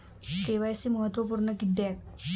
KYC महत्त्वपुर्ण किद्याक?